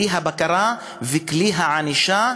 כלי הבקרה וכלי הענישה,